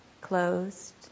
closed